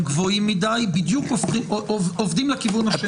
גבוהים מדי בדיוק עובדים לכיוון השני.